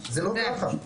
זה לא ככה.